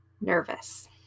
nervous